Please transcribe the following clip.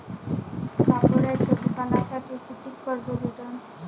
कापडाच्या दुकानासाठी कितीक कर्ज भेटन?